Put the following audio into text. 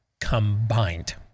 combined